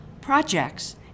projects